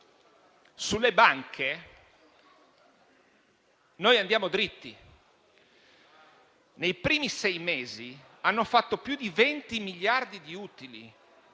Sulle banche noi andiamo dritti. Nei primi sei mesi hanno fatto più di 20 miliardi di utili,